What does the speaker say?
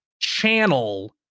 channel